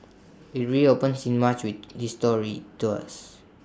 IT reopens in March with history tours